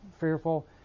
fearful